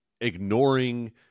ignoring